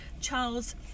Charles